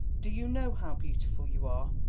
do you know how beautiful you are?